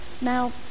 Now